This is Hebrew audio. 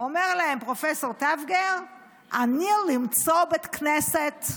אומר להם פרופ' טבגר: אני למצוא בית כנסת.